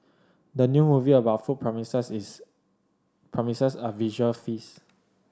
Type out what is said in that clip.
the new movie about food promises is promises a visual feast